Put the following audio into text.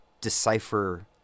decipher